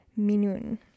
Minun